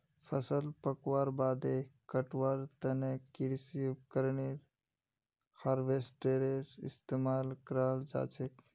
फसल पकवार बादे कटवार तने कृषि उपकरण हार्वेस्टरेर इस्तेमाल कराल जाछेक